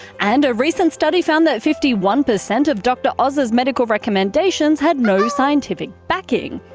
and a recent study found that fifty one percent of dr oz's medical recommendations had no scientific backing.